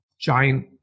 giant